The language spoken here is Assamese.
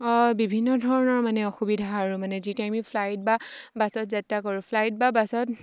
বিভিন্ন ধৰণৰ মানে অসুবিধা আৰু মানে যিটাই আমি ফ্লাইট বা বাছত যাত্ৰা কৰোঁ ফ্লাইট বা বাছত